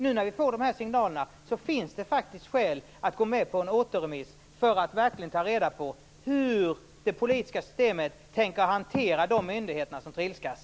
När vi nu får de här signalerna finns det skäl att gå med på en återremiss för att verkligen ta reda på hur det politiska systemet tänker hantera de myndigheter som trilskas.